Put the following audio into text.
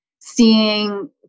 seeing